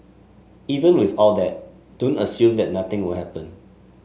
even with all that don't assume that nothing will happen